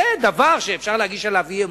זה דבר שאפשר להגיש עליו אי-אמון.